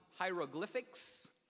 hieroglyphics